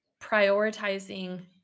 prioritizing